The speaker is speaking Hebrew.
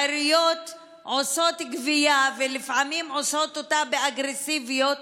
העיריות עושות גבייה ולפעמים עושות אותה באגרסיביות